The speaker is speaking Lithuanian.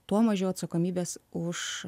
tuo mažiau atsakomybės už